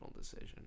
decision